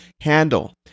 handle